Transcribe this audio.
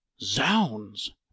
Zounds